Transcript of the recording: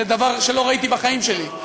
זה דבר שלא ראיתי בחיים שלי.